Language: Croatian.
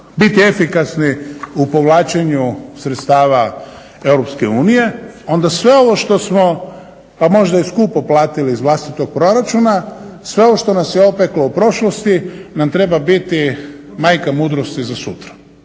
biti efikasni u povlačenju sredstava EU onda sve ovo što smo pa možda i skupo platili iz vlastitog proračuna, sve ovo što nas je opeklo u prošlosti nam treba biti majka mudrosti za sutra.